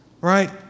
right